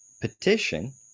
petition